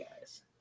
guys